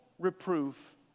reproof